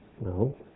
No